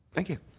thank you.